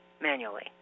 manually